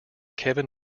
kevin